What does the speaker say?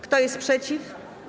Kto jest przeciw?